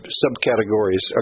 subcategories